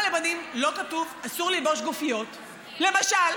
למה לבנים לא כתוב: אסור ללבוש גופיות, למשל?